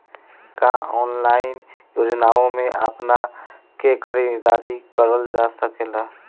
का ऑनलाइन योजनाओ में अपना के दाखिल करल जा सकेला?